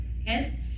okay